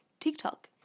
TikTok